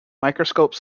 microscope